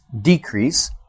decrease